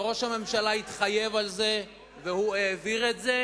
וראש הממשלה התחייב לזה והוא העביר את זה,